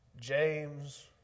James